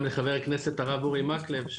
גם לחבר כנסת הרב אורי מקלב,